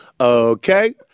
okay